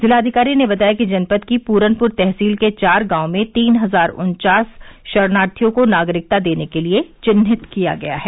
जिलाधिकारी ने बताया कि जनपद की पूरनपुर तहसील के चार गांवों में तीन हजार उन्वास शरणार्थियों को नागरिकता देने के लिए चिन्हित किया गया है